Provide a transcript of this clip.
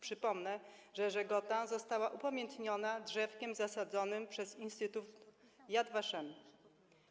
Przypomnę, że „Żegota” została upamiętniona drzewkiem zasadzonym przez Instytut Yad Vashem.